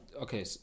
okay